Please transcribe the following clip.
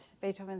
Beethoven